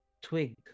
twig